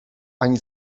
ani